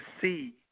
see